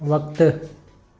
वक़्तु